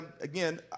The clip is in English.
again